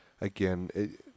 again